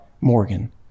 morgan